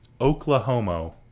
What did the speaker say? Oklahoma